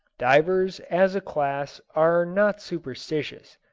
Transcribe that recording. divers, as a class, are not superstitious.